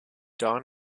don